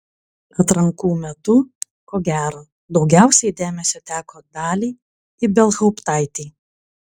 atrankų metų ko gero daugiausiai dėmesio teko daliai ibelhauptaitei